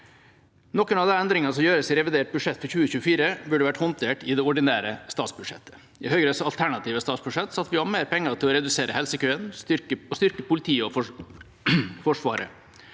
Noen av de endringene som gjøres i revidert budsjett for 2024, burde vært håndtert i det ordinære statsbudsjettet. I Høyres alternative statsbudsjett satte vi av mer penger til å redusere helsekøene og styrke politiet og Forsvaret.